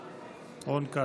בעד רון כץ.